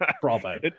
Bravo